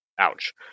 Ouch